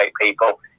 people